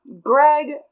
Greg